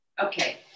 Okay